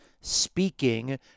speaking